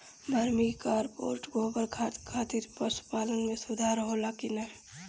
Vermi compost गोबर खाद खातिर पशु पालन में सुधार होला कि न?